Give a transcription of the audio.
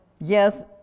Yes